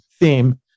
theme